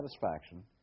satisfaction